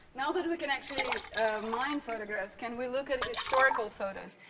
now that we can actually mine photographs, can we look at historical photos?